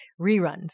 reruns